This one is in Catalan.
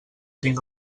tinc